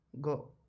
go